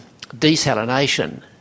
desalination